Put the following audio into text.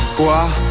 well ah,